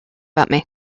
about